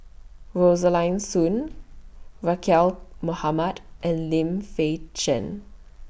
Rosaline Soon Mohamad and Lim Fei Shen